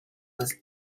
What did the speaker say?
was